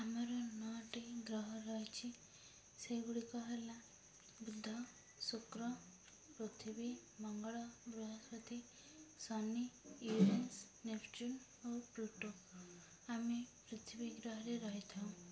ଆମର ନଅଟି ଗ୍ରହ ରହିଛି ସେଗୁଡ଼ିକ ହେଲା ବୁଧ ଶୁକ୍ର ପୃଥିବୀ ମଙ୍ଗଳ ବୃହସ୍ପତି ଶନି ୟୁରେନସ୍ ନେପ୍ଚୁନ୍ ଓ ପ୍ଲୁଟୋ ଆମେ ପୃଥିବୀ ଗ୍ରହରେ ରହିଥାଉ